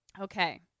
okay